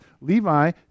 Levi